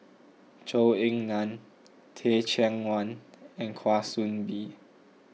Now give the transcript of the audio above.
Zhou Ying Nan Teh Cheang Wan and Kwa Soon Bee